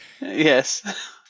Yes